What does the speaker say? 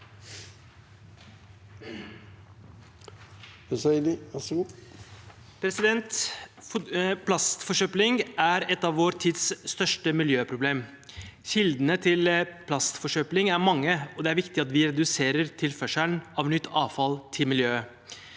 Plastforsøpling er et av vår tids største miljøproblem. Kildene til plastforsøpling er mange, og det er viktig at vi reduserer tilførselen av nytt avfall til miljøet.